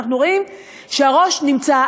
שהראש נמצא,